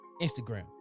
Instagram